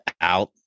Out